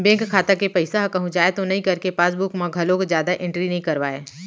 bank खाता के पइसा ह कहूँ जाए तो नइ करके पासबूक म घलोक जादा एंटरी नइ करवाय